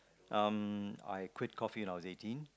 um I quit coffee when I was eighteen